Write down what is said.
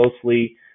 closely